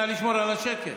נא לשמור על השקט.